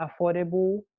affordable